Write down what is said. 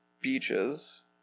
beaches